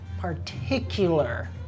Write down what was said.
particular